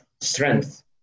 strength